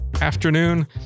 afternoon